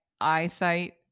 eyesight